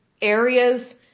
areas